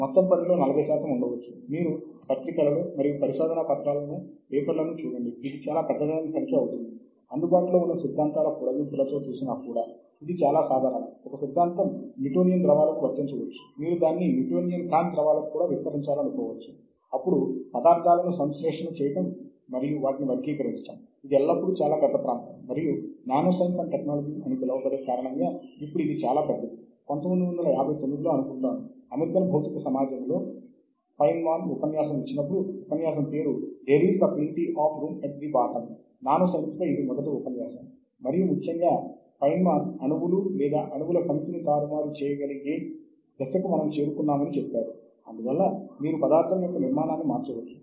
అటుపై ఇతర సంస్థలకు అందుబాటులో ఉన్న వాటిని కూడా మేము చూడగలము మరియు వాటిని సందర్శనకు మేము వెళ్ళవచ్చు అనుమతి తీసుకోవచ్చు మరియు అక్కడ సాహిత్య శోధన చేయవచ్చు